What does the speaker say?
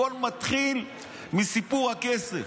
הכול מתחיל מסיפור הכסף,